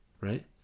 right